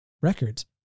records